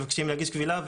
מבקשים להגיש קבילה,